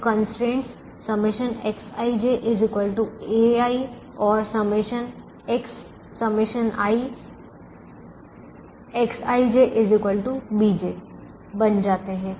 तो constraints ∑ Xij ai और ∑i Xij bj बन जाते हैं